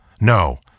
No